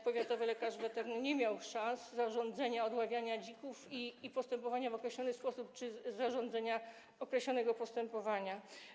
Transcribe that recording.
Powiatowy lekarz weterynarii nie miał szans zarządzenia odławiania dzików i postępowania w określony sposób czy zarządzenia określonego postępowania.